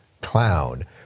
clown